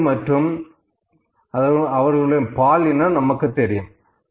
வயது மற்றும் பாலினம் நமக்கு தெரியும்